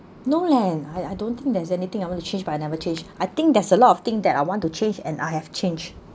no leh I I don't think there's anything I want to change but I never change I think there's a lot of thing that I want to change and I have change